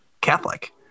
catholic